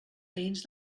veïns